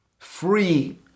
free